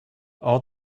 all